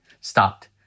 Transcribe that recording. stopped